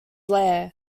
lair